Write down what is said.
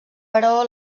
però